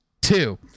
Two